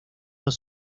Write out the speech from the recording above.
los